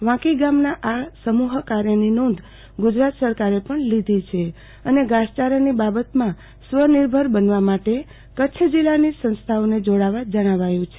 વાંકી ગામના આ સમ્મહ કાર્યની નોંધ ગુજરાત સરકારે પણ લીધી છે અને ઘાસચારાની બાબતમાં સ્વનિર્ભર બનવા માટે કચ્છ જિલ્લાની સંસ્થાઓને જોડાવા જણાવાયું છે